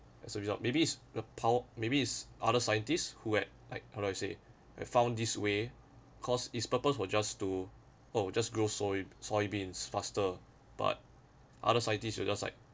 as a result maybe it's the pow~ maybe it's other scientists who had like how do I say have found this way cause his purpose for just to or just go soy soybeans faster but other scientists will just like